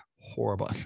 horrible